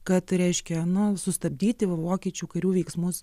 kad reiškia nu sustabdyti vokiečių karių veiksmus